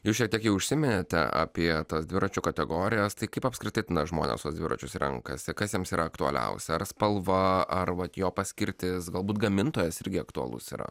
jūs šiek tiek jau užsiminėte apie tas dviračių kategorijas tai kaip apskritai žmonės tuos dviračius renkasi kas jiems yra aktualiausia ar spalva ar vat jo paskirtis galbūt gamintojas irgi aktualus yra